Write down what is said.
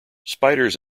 spiders